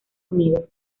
unido